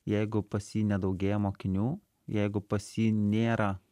jeigu pas jį nedaugėja mokinių jeigu pas jį nėra